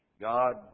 God